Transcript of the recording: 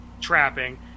trapping